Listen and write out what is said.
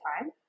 time